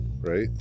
right